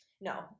No